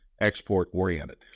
export-oriented